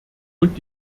und